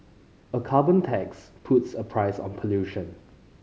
a carbon tax puts a price on pollution